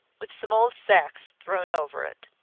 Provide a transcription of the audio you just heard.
with some old sacks thrown over it.